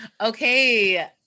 okay